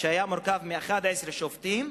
בהרכב של 11 שופטים,